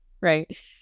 right